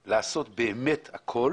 היא לעשות באמת הכול